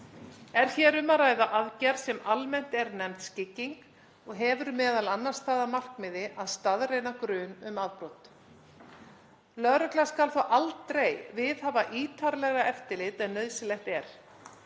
Er hér um að ræða aðgerð sem almennt er nefnd skygging og hefur m.a. það að markmiði að staðreyna grun um afbrot. Lögregla skal þó aldrei viðhafa ítarlegra eftirlit en nauðsynlegt er.